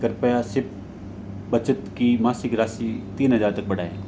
कृपया सिप बचत की मासिक राशि तीन हज़ार तक बढ़ाए